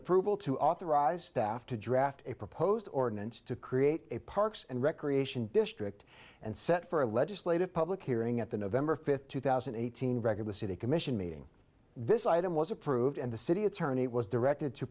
approval to authorize staff to draft a proposed ordinance to create a parks and recreation district and set for a legislative public hearing at the nov fifth two thousand and eighteen regular city commission meeting this item was approved and the city attorney was directed to